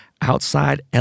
outside